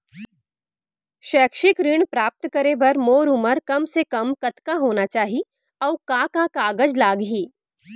शैक्षिक ऋण प्राप्त करे बर मोर उमर कम से कम कतका होना चाहि, अऊ का का कागज लागही?